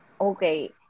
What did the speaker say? Okay